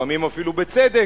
לפעמים אפילו בצדק,